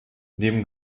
neben